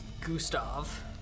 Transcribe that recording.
Gustav